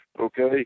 okay